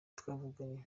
twavuganye